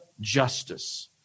justice